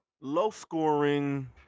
low-scoring